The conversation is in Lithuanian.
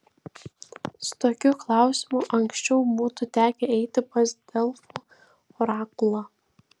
su tokiu klausimu anksčiau būtų tekę eiti pas delfų orakulą